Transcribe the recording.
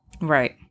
Right